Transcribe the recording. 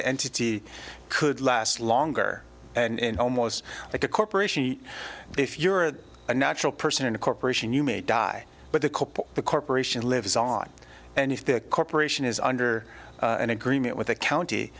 the entity could last longer and almost like a corporation if you're a natural person in a corporation you may die but the couple the corporation lives on and if the corporation is under an agreement with the county